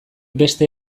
beste